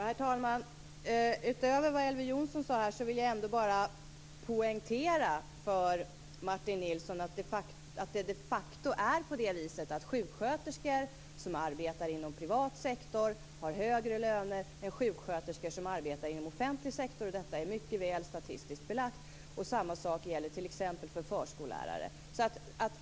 Herr talman! Utöver vad Elver Jonsson sade vill jag bara poängtera för Martin Nilsson att det de facto är på det viset att sjuksköterskor som arbetar inom privat sektor har högre löner än sjuksköterskor som arbetar inom offentlig sektor. Detta är mycket väl statistiskt belagt. Samma sak gäller t.ex. förskollärare.